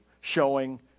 showing